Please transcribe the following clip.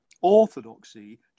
orthodoxy